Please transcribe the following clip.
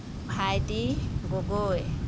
ভাইটি গগৈ